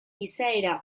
izaera